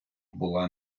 була